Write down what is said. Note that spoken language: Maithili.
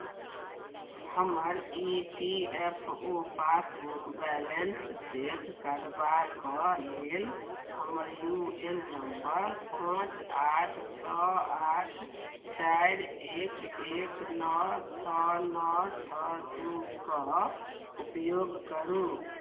हमर E P F O passbook balance check करबाक लेल हमर यू एन नम्बर पांच आठ छओ आठ चारि एक एक नओ छओ नओ छओ दू के उपयोग करु